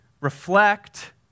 reflect